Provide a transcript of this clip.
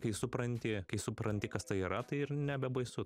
kai supranti kai supranti kas tai yra tai ir nebebaisu